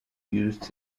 used